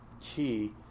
key